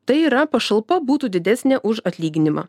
tai yra pašalpa būtų didesnė už atlyginimą